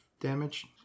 damage